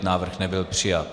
Návrh nebyl přijat.